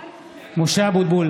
(קורא בשמות חברי הכנסת) משה אבוטבול,